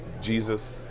Jesus